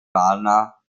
warner